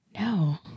No